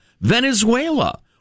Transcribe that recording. Venezuela